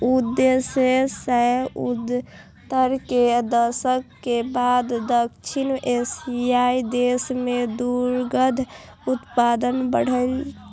उन्नैस सय सत्तर के दशक के बाद दक्षिण एशियाइ देश मे दुग्ध उत्पादन बढ़लैए